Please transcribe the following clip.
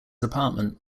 apartment